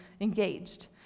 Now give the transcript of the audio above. engaged